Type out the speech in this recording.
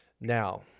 Now